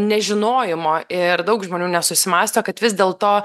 nežinojimo ir daug žmonių nesusimąsto kad vis dėl to